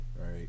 right